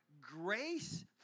grace